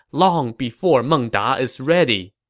long before meng da is ready.